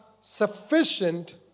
sufficient